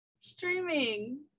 ...streaming